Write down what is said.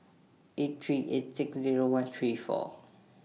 eight three eight six Zero one three four